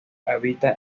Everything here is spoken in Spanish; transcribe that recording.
habita